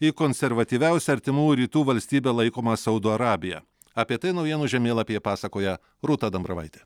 į konservatyviausia artimųjų rytų valstybe laikomą saudo arabiją apie tai naujienų žemėlapyje pasakoja rūta dambravaitė